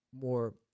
more